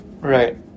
right